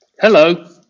Hello